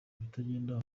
ibitagenda